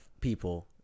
people